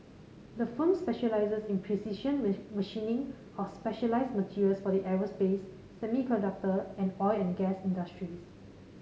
the firm specialises in precision machining of specialised materials for the aerospace semiconductor and oil and gas industries